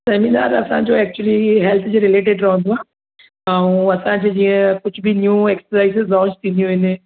seminar असांजो actually health जे related रहंदो आहे ऐं असांजे जीअं कुझु बि न्यू एक्सरसाइज लॉंच थींदियूं रहिंदियूं आहिनि